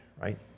right